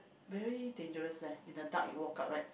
very dangerous leh in the dark you walk out right